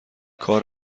کار